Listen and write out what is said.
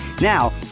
Now